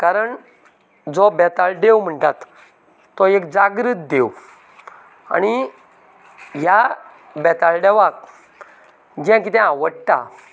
कारण जो बेताळ देव म्हणटात तो एक जागृत देव आनी ह्या बेताळ देवाक जे कितें आवडटा